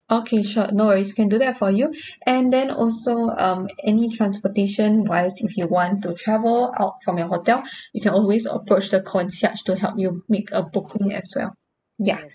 okay sure no worries we can do that for you and then also um any transportation wise if you want to travel out from your hotel you can always approach the concierge to help you make a booking as well ya